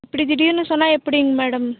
இப்படி திடீரெனு சொன்னால் எப்படிங்க மேடம்